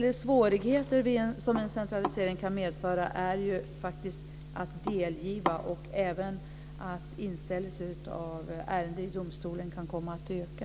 De svårigheter som en centralisering kan medföra är att delgivning och även inställelse av ärenden i domstolen kan komma att öka.